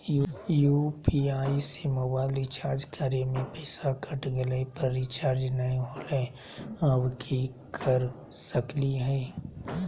UPI से mobile recharge करे में पैसा कट गेलई, पर रिचार्ज नई होलई, अब की कर सकली हई?